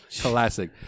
Classic